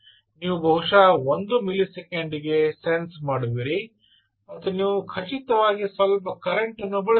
ನೀವು ಬಹುಶಃ 1 ಮಿಲಿಸೆಕೆಂಡಿಗೆ ಸೆನ್ಸ್ ಮಾಡುವಿರಿ ಮತ್ತು ನೀವು ಖಚಿತವಾಗಿ ಸ್ವಲ್ಪ ಕರೆಂಟನ್ನು ಬಳಸುತ್ತೀರಿ